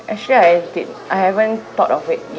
actually I did I haven't thought of it yet